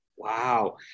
Wow